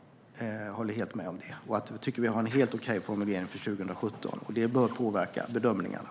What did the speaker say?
Jag tycker att vi har en helt okej formulering för 2017, och den bör påverka bedömningarna.